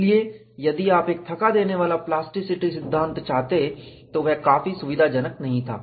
इसलिए यदि आप एक थका देने वाला प्लास्टिसिटी सिद्धांत चाहते तो वह काफी सुविधाजनक नहीं था